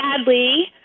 sadly